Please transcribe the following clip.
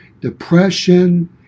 depression